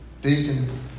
Deacons